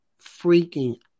freaking